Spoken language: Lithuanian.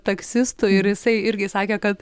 taksistu ir jisai irgi sakė kad